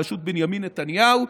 בראשות בנימין נתניהו,